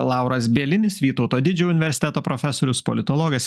lauras bielinis vytauto didžiojo universiteto profesorius politologas